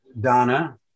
Donna